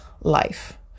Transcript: life